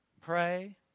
pray